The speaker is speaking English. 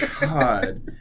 God